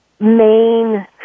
main